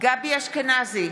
גבי אשכנזי,